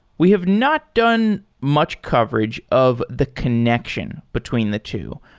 we have not done much coverage of the connection between the two.